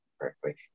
correctly